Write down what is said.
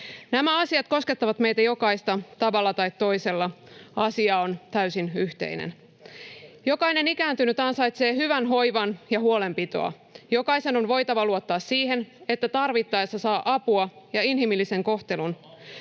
Nämä asiat koskettavat meitä jokaista tavalla tai toisella. Asia on täysin yhteinen. ”Jokainen ikääntynyt ansaitsee hyvän hoivan ja huolenpitoa. Jokaisen on voitava luottaa siihen, että tarvittaessa saa apua ja inhimillisen kohtelun.”